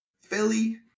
Philly